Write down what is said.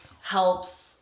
helps